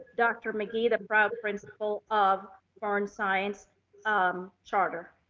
dr. mcgee the proud principle of burn science um charter.